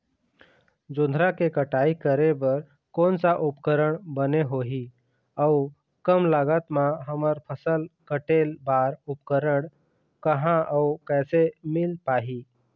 जोंधरा के कटाई करें बर कोन सा उपकरण बने होही अऊ कम लागत मा हमर फसल कटेल बार उपकरण कहा अउ कैसे मील पाही?